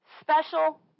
special